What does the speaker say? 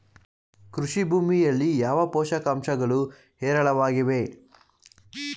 ಕೃಷಿ ಭೂಮಿಯಲ್ಲಿ ಯಾವ ಪೋಷಕಾಂಶಗಳು ಹೇರಳವಾಗಿವೆ?